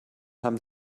haben